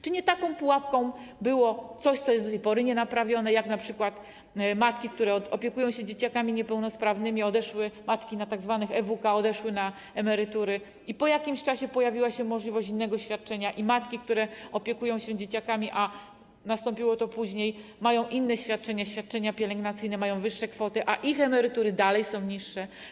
Czy nie taką pułapką było coś, co jest do tej pory nienaprawione, jak np. to, że matki, które opiekują się dzieciakami niepełnosprawnymi, matki na tzw. EWK, odeszły na emerytury, a po jakimś czasie pojawiła się możliwość innego świadczenia, i matki, które opiekują się dzieciakami, a nastąpiło to później, mają inne świadczenia pielęgnacyjne, mają wyższe kwoty, a ich emerytury dalej są niższe?